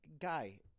Guy